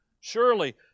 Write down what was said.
Surely